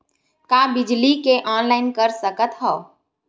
का बिजली के ऑनलाइन कर सकत हव?